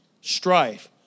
strife